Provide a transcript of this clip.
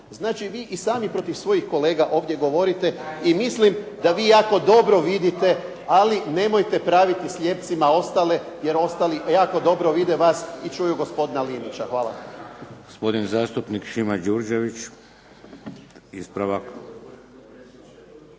Znači vi i sami protiv svojih kolega ovdje govorite i mislim da vi jako dobro vidite, ali nemojte praviti slijepcima ostale, jer ostali jako dobro vide vas i čuju gospodina Linića.